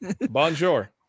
bonjour